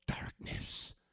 darkness